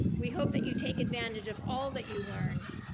we hope that you take advantage of all that you learned,